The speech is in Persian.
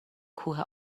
کوه